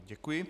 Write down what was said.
Děkuji.